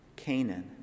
Canaan